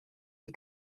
ich